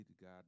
God